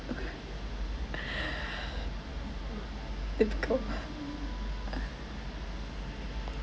difficult